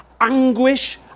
anguish